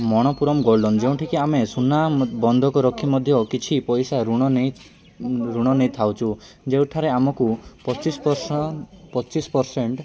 Manappuram gold loan ଯେଉଁଠିକି ଆମେ ସୁନା ବନ୍ଧକ ରଖି ମଧ୍ୟ କିଛି ପଇସା ଋଣ ନେଇ ଋଣ ନେଇଥାଉଛୁ ଯେଉଁଠାରେ ଆମକୁ ପଚିଶ ବର୍ଷ ପଚିଶ ପରସେଣ୍ଟ